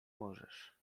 możesz